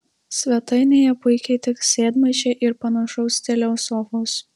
svetainėje puikiai tiks sėdmaišiai ir panašaus stiliaus sofos